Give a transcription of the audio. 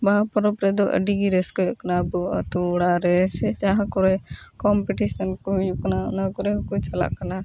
ᱵᱟᱦᱟ ᱯᱚᱨᱚᱵᱽ ᱨᱮᱫᱚ ᱟᱹᱰᱤ ᱜᱮ ᱨᱟᱹᱥᱠᱟᱹ ᱦᱩᱭᱩᱜ ᱠᱟᱱᱟ ᱟᱵᱚ ᱟᱹᱛᱩ ᱚᱲᱟᱜ ᱨᱮ ᱥᱮ ᱡᱟᱦᱟᱸ ᱠᱚᱨᱮ ᱠᱳᱢᱯᱤᱴᱤᱥᱮᱱ ᱠᱚ ᱦᱩᱭᱩᱜ ᱠᱟᱱᱟ ᱚᱱᱟ ᱠᱚᱨᱮ ᱦᱚᱸ ᱠᱚ ᱪᱟᱞᱟᱜ ᱠᱟᱱᱟ